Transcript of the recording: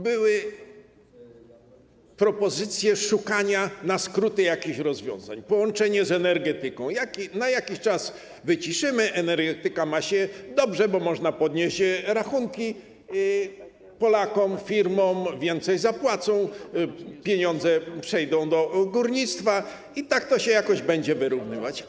Były propozycje szukania na skróty jakichś rozwiązań, połączenie z energetyką, na jakiś czas wyciszymy to, energetyka ma się dobrze, to można podnieść rachunki Polakom, firmom, więcej zapłacą, pieniądze przejdą do górnictwa i tak to się jakoś będzie wyrównywać.